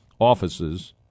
offices